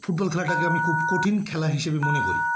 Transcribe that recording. football খেলাটাকে আমি খুব কঠিন খেলা হিসেবে মনে করি